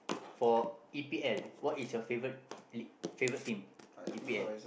for E_P_L what is your favourite lead favourite team E_P_L